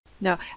No